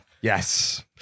yes